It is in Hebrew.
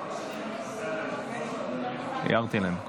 הערתי להם.